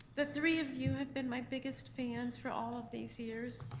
the three of you have been my biggest fans for all of these years.